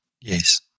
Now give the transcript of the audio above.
yes